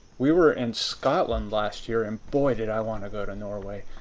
we were in scotland last year, and boy did i want to go to norway.